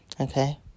Okay